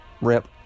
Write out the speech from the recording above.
Rip